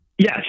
Yes